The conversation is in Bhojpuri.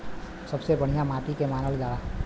सबसे बढ़िया माटी के के मानल जा?